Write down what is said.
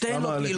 שתיהן לא פעילות.